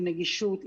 עם נגישות,